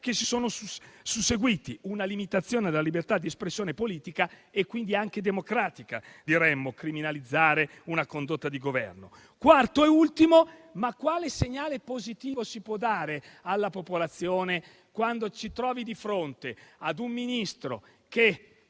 che sia una limitazione della libertà di espressione politica e quindi anche democratica criminalizzare una condotta di Governo. In quarto luogo, quale segnale positivo si può dare alla popolazione quando ci si trova di fronte ad un Ministro che